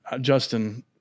Justin